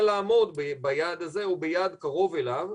לעמוד ביעד הזה או ביעד קרוב אליו,